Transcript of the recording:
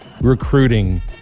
Recruiting